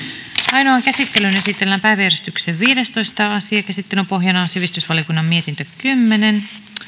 ainoaan käsittelyyn esitellään päiväjärjestyksen viidestoista asia käsittelyn pohjana on sivistysvaliokunnan mietintö kymmenen